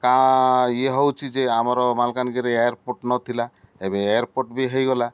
କା ଇଏ ହେଉଛି ଯେ ଆମର ମାଲକାନଗିରି ଏୟାରପୋର୍ଟ ନଥିଲା ଏବେ ଏୟାରପୋର୍ଟ ବି ହେଇଗଲା